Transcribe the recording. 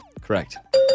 Correct